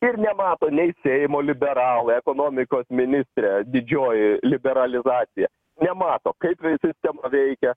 ir nemato nei seimo liberalai ekonomikos ministrė didžioji liberalizacija nemato kaip vi sistema veikia